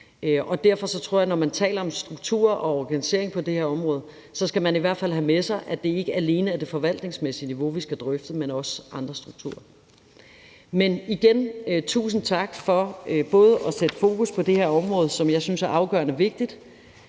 Derfor tror jeg, at når man taler om strukturer og organisering på det her område, skal man i hvert fald have med sig, at det ikke alene er det forvaltningsmæssige niveau, vi skal drøfte, men også andre strukturer. Igen vi jeg sige tusind tak for at sætte fokus på det her område, som jeg synes er afgørende vigtigt.